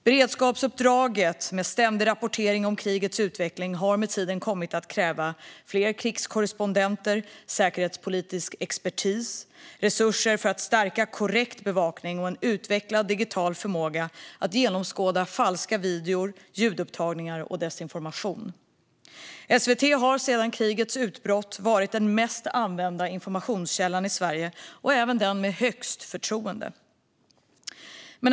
Beredskapsuppdraget, med ständig rapportering om krigets utveckling, har med tiden kommit att kräva fler krigskorrespondenter, säkerhetspolitisk expertis, resurser för att säkra korrekt bevakning och en utvecklad digital förmåga för att genomskåda falska videor, ljudupptagningar och desinformation. SVT har sedan krigets utbrott varit den mest använda informationskällan i Sverige och även den med högst förtroende.